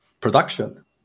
production